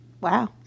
Wow